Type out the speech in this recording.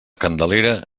candelera